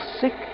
sick